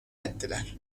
ettiler